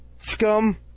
Scum